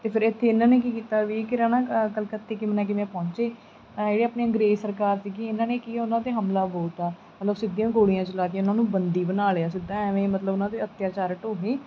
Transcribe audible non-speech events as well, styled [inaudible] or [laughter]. ਅਤੇ ਫਿਰ ਇੱਥੇ ਇਹਨਾਂ ਨੇ ਕੀ ਕੀਤਾ ਵੀ [unintelligible] ਕਲਕੱਤੇ ਕਿਵੇਂ ਨਾ ਕਿਵੇਂ ਪਹੁੰਚੇ ਤਾਂ ਜਿਹੜੀ ਆਪਣੀ ਅੰਗਰੇਜ਼ ਸਰਕਾਰ ਸੀਗੀ ਇਹਨਾਂ ਨੇ ਕੀ ਉਹਨਾਂ 'ਤੇ ਹਮਲਾ ਬੋਲਤਾ ਮਤਲਬ ਸਿੱਧੀਆਂ ਗੋਲੀਆਂ ਚਲਾ ਕੇ ਉਹਨਾਂ ਨੂੰ ਬੰਦੀ ਬਣਾ ਲਿਆ ਸਿੱਧਾ ਐਵੇਂ ਮਤਲਬ ਉਹਨਾਂ ਦੇ ਅੱਤਿਆਚਾਰ ਢਾਹੇ